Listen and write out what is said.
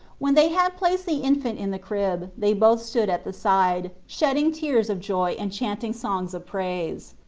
when they had placed the infant in the crib they both stood at the side, shedding tears of joy and chanting songs of praise.